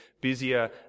busier